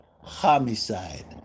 Homicide